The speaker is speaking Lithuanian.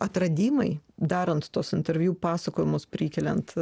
atradimai darant tuos interviu pasakojimus prikeliant